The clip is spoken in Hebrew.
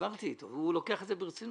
אבל התשלום הוא רטרואקטיבי.